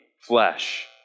flesh